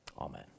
Amen